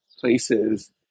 places